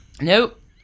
nope